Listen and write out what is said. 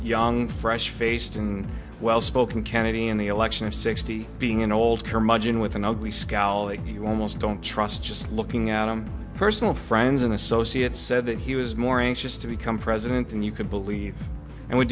young fresh faced and well spoken kennedy in the election of sixty being an old curmudgeon with an ugly scally you almost don't trust just looking at him personal friends and associates said that he was more anxious to become president than you could believe and would